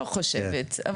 לא חושבת.